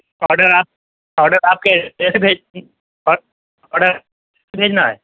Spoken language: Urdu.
آرڈر آپ آرڈر آپ کے کیسے بھیج آرڈر بھیجنا ہے